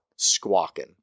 Squawking